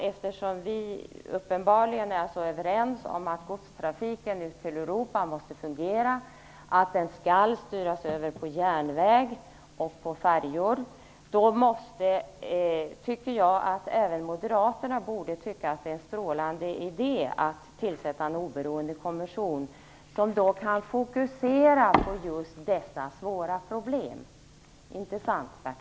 Eftersom vi uppenbarligen är överens om att godstrafiken ut till Europa måste fungera, att den skall styras över på järnväg och på färjor borde även moderaterna tycka att det är en strålande idé att tillsätta en oberoende kommission som kan fokusera just på dessa svåra problem - inte sant,